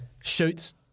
shoots